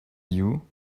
you